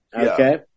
okay